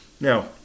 Now